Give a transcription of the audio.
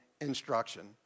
instruction